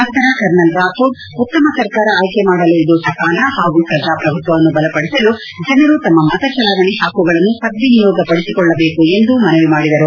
ನಂತರ ಕರ್ನಲ್ ರಾಥೋಡ್ ಉತ್ತಮ ಸರ್ಕಾರ ಆಯ್ಕೆ ಮಾಡಲು ಇದು ಸಕಾಲ ಪಾಗೂ ಪ್ರಜಾಪ್ರಭುತ್ವವನ್ನು ಬಲಪಡಿಸಲು ಜನರು ತಮ್ಮ ಮತ ಚಲಾವಣೆ ಪಕ್ಕುಗಳನ್ನು ಸದ್ವಿನಿಯೋಗಿಸಬೇಕು ಎಂದು ಮನವಿ ಮಾಡಿದರು